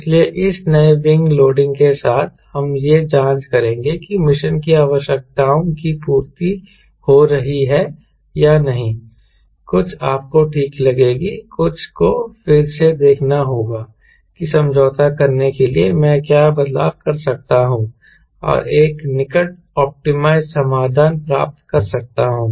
इसलिए इस नए विंग लोडिंग के साथ हम यह जांच करेंगे कि मिशन की आवश्यकताओं की पूर्ति हो रही है या नहीं कुछ आपको ठीक लगेगी कुछ को फिर से देखना होगा कि समझौता करने के लिए मैं क्या बदलाव कर सकता हूं और एक निकट ऑप्टिमाइज्ड समाधान प्राप्त कर सकता हूं